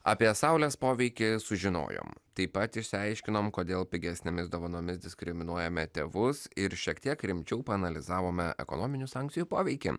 apie saulės poveikį sužinojom taip pat išsiaiškinom kodėl pigesnėmis dovanomis diskriminuojame tėvus ir šiek tiek rimčiau paanalizavome ekonominių sankcijų poveikį